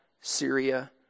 Syria